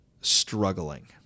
struggling